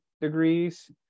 degrees